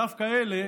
דווקא אלה,